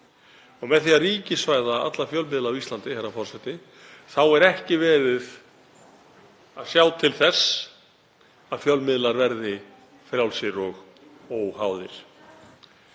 Með því að ríkisvæða alla fjölmiðla á Íslandi er ekki verið að sjá til þess að fjölmiðlar verði frjálsir og óháðir.